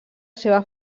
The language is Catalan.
seva